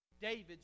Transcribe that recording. David